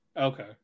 Okay